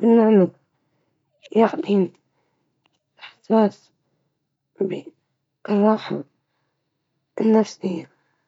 هذه الأنشطة على الاسترخاء والنوم بسلام.